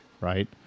right